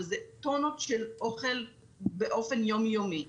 וזה טונות של אוכל באופן יום-יומי.